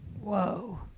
Whoa